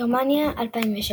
גרמניה 2006